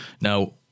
now